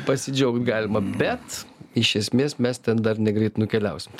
pasidžiaugt galima bet iš esmės mes ten dar negreit nukeliausim